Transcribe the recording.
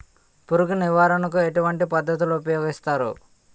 పురుగు నివారణ కు ఎటువంటి పద్ధతులు ఊపయోగిస్తారు?